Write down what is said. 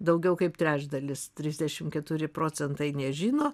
daugiau kaip trečdalis trisdešim keturi procentai nežino